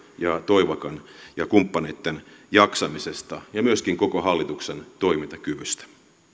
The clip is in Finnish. ja toivakan ja kumppaneitten jaksamisesta ja myöskin koko hallituksen toimintakyvystä